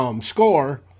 Score